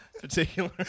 particular